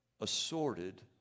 assorted